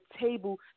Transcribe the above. table